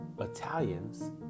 Italians